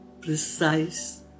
precise